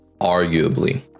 arguably